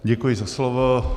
Děkuji za slovo.